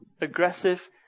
aggressive